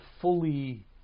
fully